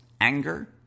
Anger